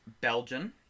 Belgian